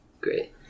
great